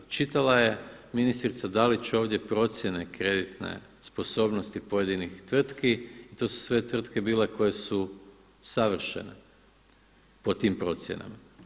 Čitala je ministrica Dalić ovdje procjene kreditne sposobnosti pojedinih tvrtki, to su sve tvrtke bile koje su savršene po tim procjenama.